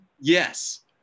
Yes